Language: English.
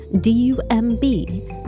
D-U-M-B